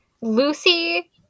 Lucy